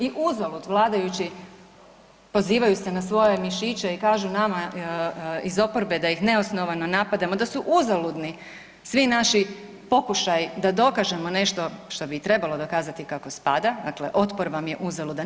I uzalud vladajući pozivaju se na svoje mišiće i kažu nama iz oporbe da ih neosnovano napadamo, da su uzaludni svi naši pokušaji da dokažemo nešto što bi i trebalo dokazati kako spada, dakle otpor vam je uzaludan.